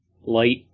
light